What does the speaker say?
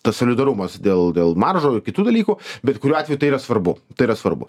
tas solidarumas dėl dėl maržo ir kitų dalykų bet kuriuo atveju tai yra svarbu tai yra svarbu